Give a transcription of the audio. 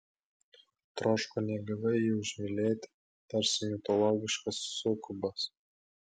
troško negyvai jį užmylėti tarsi mitologiškas sukubas